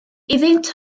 iddynt